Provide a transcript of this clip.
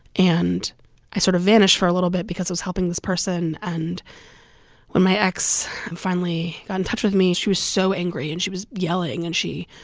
and i sort of vanished for a little bit because i was helping this person. and when my ex finally got in touch with me, she was so angry. and she was yelling, and she